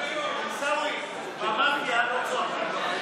עיסאווי, במאפיה לא צועקים ככה.